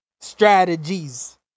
strategies